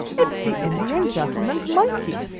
it is the indian gentleman's monkey!